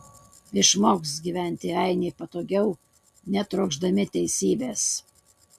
išmoks gyventi ainiai patogiau netrokšdami teisybės